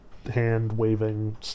hand-waving